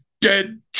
dead